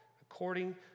according